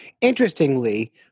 Interestingly